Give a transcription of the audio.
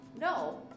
No